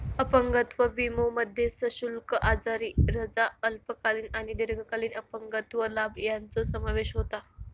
अपंगत्व विमोमध्ये सशुल्क आजारी रजा, अल्पकालीन आणि दीर्घकालीन अपंगत्व लाभ यांचो समावेश होता